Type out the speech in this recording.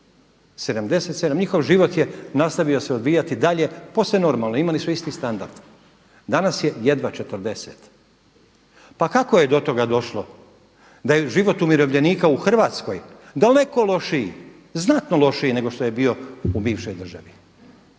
77, njihov život je nastavio se odvijati dalje posve normalno, imali su isti standard. Danas je jedva 40. Pa kako je do toga došlo da je život umirovljenika u Hrvatskoj daleko lošiji, znatno lošiji nego što je bio u bivšoj državi.